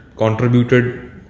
Contributed